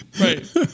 Right